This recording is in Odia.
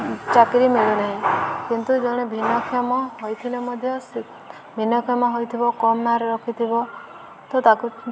ଚାକିରି ମିଳୁନାହିଁ କିନ୍ତୁ ଜଣେ ଭିନ୍ନକ୍ଷମ ହୋଇଥିଲେ ମଧ୍ୟ ଭିନ୍ନକ୍ଷମ ହୋଇଥିବ କମ୍ ମାର୍କ୍ ରଖିଥିବ ତ ତାକୁ